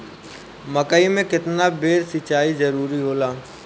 मकई मे केतना बेर सीचाई जरूरी होला?